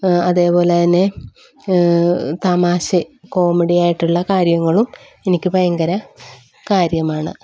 അതേപോലെ തന്നെ തമാശയും കോമഡിയായിട്ടുള്ള കാര്യങ്ങളും എനിക്ക് ഭയങ്കര കാര്യമാണ്